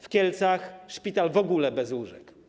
W Kielcach szpital w ogóle bez łóżek.